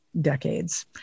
decades